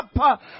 up